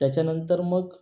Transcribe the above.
त्याच्यानंतर मग